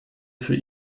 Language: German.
für